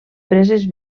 preses